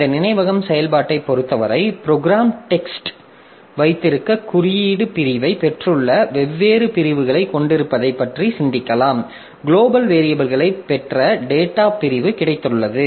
இந்த நினைவகம் செயல்பாட்டைப் பொருத்தவரை ப்ரோக்ராம் டெக்ஸ்ட் வைத்திருக்கும் குறியீடு பிரிவைப் பெற்றுள்ள வெவ்வேறு பிரிவுகளைக் கொண்டிருப்பதைப் பற்றி சிந்திக்கலாம் குளோபல் வேரியபில்களைப் பெற்ற டேட்டாப் பிரிவு கிடைத்துள்ளது